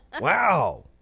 Wow